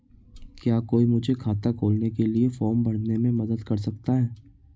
क्या कोई मुझे खाता खोलने के लिए फॉर्म भरने में मदद कर सकता है?